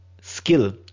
skill